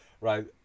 right